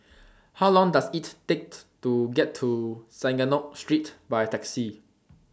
How Long Does IT Take to get to Synagogue Street By Taxi